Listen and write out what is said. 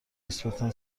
نسبتا